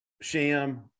Sham